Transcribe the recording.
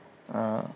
ah